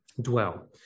dwell